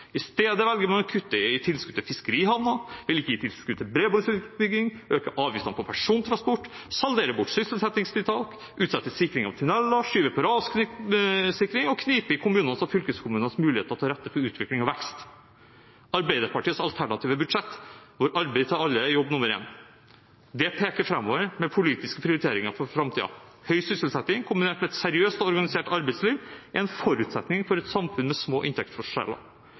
I stedet velger man å kutte i tilskuddet til fiskerihavner, man vil ikke gi tilskudd til bredbåndsutbygging, man øker avgiftene på persontransport, salderer bort sysselsettingstiltak, utsetter sikring av tunneler, skyver på rassikring og kniper i kommunenes og fylkeskommunenes muligheter til å legge til rette for utvikling og vekst. Arbeiderpartiets alternative budsjett er et budsjett hvor arbeid til alle er jobb nummer én. Det peker framover mot politiske prioriteringer for framtiden. Høy sysselsetting kombinert med et seriøst og organisert arbeidsliv er en forutsetning for et samfunn med små inntektsforskjeller.